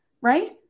Right